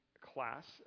class